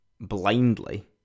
Blindly